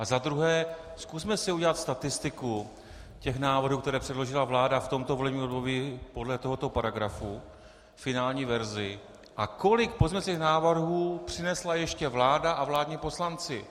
A za druhé, zkusme si udělat statistiku těch návrhů, které předložila vláda v tomto volebním období podle tohoto paragrafu, finální verzi, a kolik pozměňovacích návrhů přinesla ještě vláda a vládní poslanci.